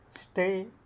Stay